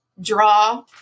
draw